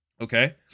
Okay